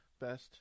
best